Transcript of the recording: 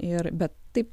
ir bet taip